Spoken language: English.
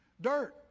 dirt